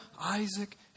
Isaac